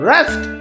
Rest